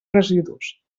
residus